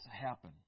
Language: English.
happen